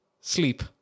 sleep